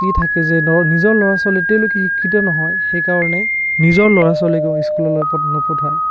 কি থাকে যে ধৰ নিজৰ ল'ৰা ছোৱালী তেওঁলোকে শিক্ষিত নহয় সেইকাৰণে নিজৰ ল'ৰা ছোৱালীকো স্কুললৈ প নপঠায়